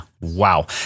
Wow